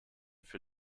für